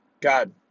God